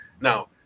Now